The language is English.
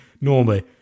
normally